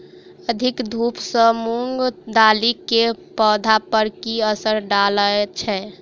अधिक धूप सँ मूंग दालि केँ पौधा पर की असर डालय छै?